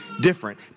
different